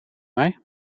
mij